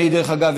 דרך אגב,